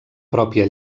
pròpia